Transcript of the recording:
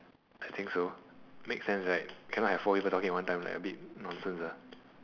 I think so makes sense right cannot have four people talking at one time right like a bit nonsense ah